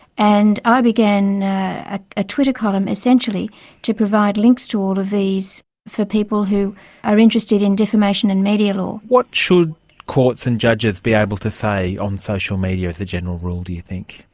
and i began ah a twitter column essentially to provide links to all of these for people who are interested in defamation and media law. what should courts and judges be able to say on social media as a general rule, do you think?